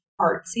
artsy